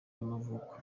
y’amavuko